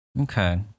Okay